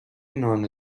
نان